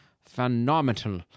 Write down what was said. phenomenal